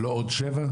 זה לא עוד שבעה?